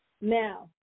Now